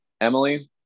Emily